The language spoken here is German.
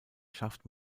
schaft